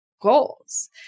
goals